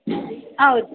ಹೌದು